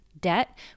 debt